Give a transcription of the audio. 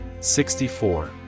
64